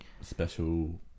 Special